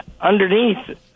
underneath